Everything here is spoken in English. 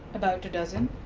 about a dozen.